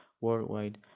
worldwide